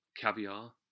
Caviar